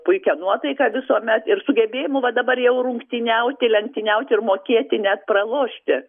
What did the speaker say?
puikia nuotaika visuomet ir sugebėjimu va dabar jau rungtyniauti lenktyniauti ir mokėti net pralošti